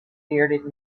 bearded